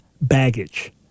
baggage